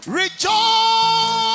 rejoice